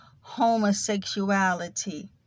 homosexuality